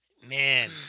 Man